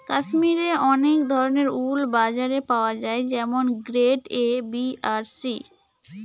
কাশ্মিরে অনেক ধরনের উল বাজারে পাওয়া যায় যেমন গ্রেড এ, বি আর সি